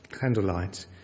candlelight